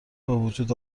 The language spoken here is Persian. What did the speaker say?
بوجود